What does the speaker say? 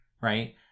right